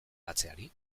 batzeari